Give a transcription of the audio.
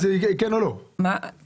הוא